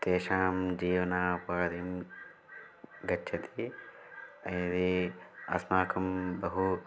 तेषां जीवनोपाधिं गच्छति यदि अस्माकं बहु